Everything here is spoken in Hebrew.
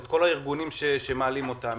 את כל הארגונים שמעלים אותם,